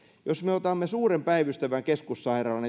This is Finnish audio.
jos me otamme suuren päivystävän keskussairaalan